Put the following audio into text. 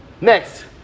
next